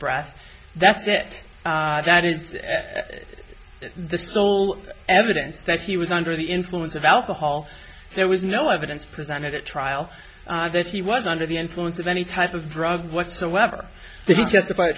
breath that's it that is the sole evidence that he was under the influence of alcohol there was no evidence presented at trial that he was under the influence of any type of drug whatsoever to justify